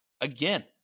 Again